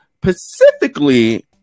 specifically